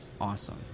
awesome